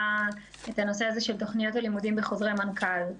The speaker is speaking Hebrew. את הנושא הזה של תכניות הלימודים בחוזרי מנכ"ל.